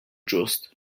ġust